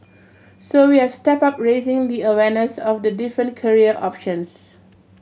so we have stepped up raising the awareness of the different career options